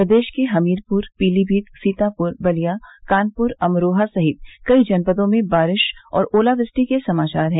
प्रदेश के हमीरपुर पीलीमीत सीतापुर बलिया कानपुर अमरोहा सहित कई जनपदों में बारिश और ओलावृष्टि के समाचार है